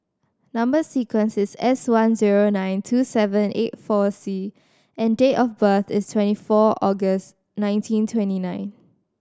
number sequence is S one zero nine two seven eight four C and date of birth is twenty four August nineteen twenty nine